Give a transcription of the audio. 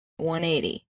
180